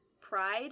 pride